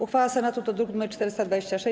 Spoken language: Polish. Uchwała Senatu to druk nr 426.